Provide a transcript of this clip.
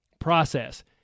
process